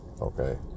Okay